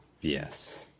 Yes